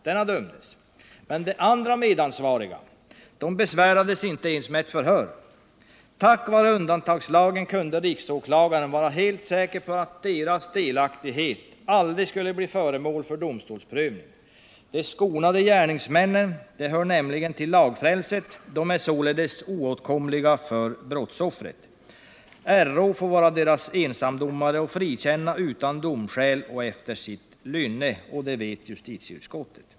Denne dömdes, men de andra medansvariga besvärades inte ens med ett förhör. Tack vare undantagslagen kunde riksåklagaren vara helt säker på att deras delaktighet aldrig skulle bli föremål för domstolsprövning. De skonade gärningsmännen hör nämligen till lagfrälset och är således oåtkomliga för brottsoffret. Riksåklagaren får vara deras ensamdomare och frikänna utan domskäl och efter sitt lynne. Och det vet justitieutskottet.